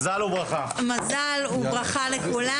מזל וברכה לכולם.